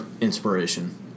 inspiration